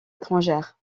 étrangères